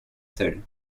seul